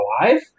alive